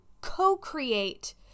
co-create